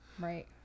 Right